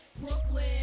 Brooklyn